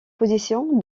position